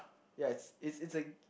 yes it's it's a